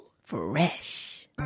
Fresh